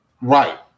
Right